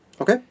Okay